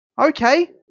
okay